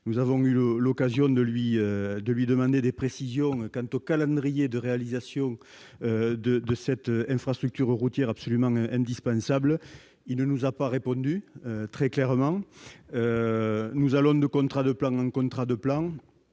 Nous avons eu l'occasion de lui demander des précisions quant au calendrier de réalisation de cette infrastructure routière, qui est absolument indispensable. Il ne nous a pas répondu très clairement ... Nous enchaînons les contrats de plan, et ce chantier a